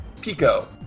Pico